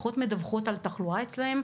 פחות מדווחות על תחלואה אצלן,